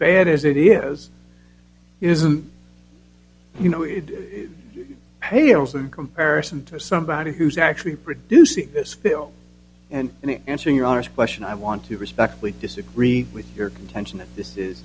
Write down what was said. bad as it is isn't you know it pales in comparison to somebody who's actually producing this film and in answering your honest question i want to respectfully disagree with your contention that this is